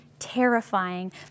terrifying